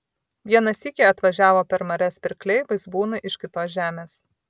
vieną sykį atvažiavo per marias pirkliai vaizbūnai iš kitos žemės